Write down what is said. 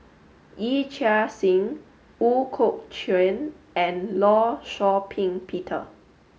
Yee Chia Hsing Ooi Kok Chuen and Law Shau Ping Peter